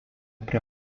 prie